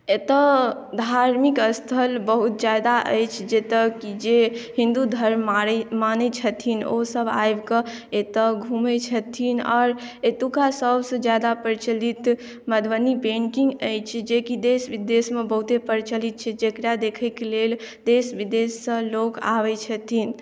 एतौ धार्मिक स्थल बहुत ज्यादा अछि जतय की जे हिन्दु धर्म मानै छथिन ओसभ आबिकऽ एतय घुमै छथिन आओर एतुका सभसे ज्यादा प्रचलित मधुबनी पेंटिंग अछि जे की देश विदेशमे बहुते प्रचिलत छै जेकरा देखैक लेल देश विदेशसँ लोग आबै छथिन